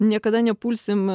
niekada nepulsim